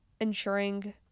ensuring